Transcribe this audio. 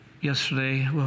Yesterday